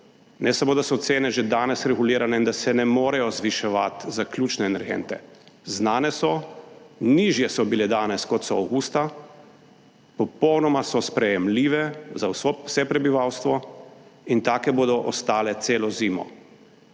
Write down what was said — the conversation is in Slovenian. ne samo da so cene že danes regulirane in da se ne morejo zviševati za ključne energente, znane so, nižje so danes, kot so bile avgusta, popolnoma so sprejemljive za vse prebivalstvo in take bodo ostale celo zimo.